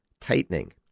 tightening